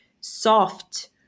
soft